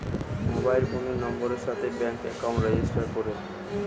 mobile ফোনের নাম্বারের সাথে ব্যাঙ্ক একাউন্টকে রেজিস্টার করে